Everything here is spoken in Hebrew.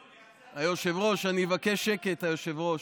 היושב-ראש, אני מבקש שקט, היושב-ראש.